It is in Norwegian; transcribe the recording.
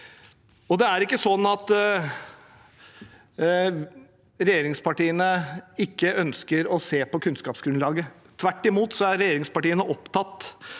Det er ikke sånn at regjeringspartiene ikke ønsker å se på kunnskapsgrunnlaget. Tvert imot er regjeringspartiene opptatt